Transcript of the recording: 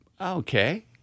Okay